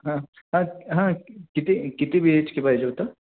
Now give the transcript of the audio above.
हां हां हां किती किती बी एच के पाहिजे होतं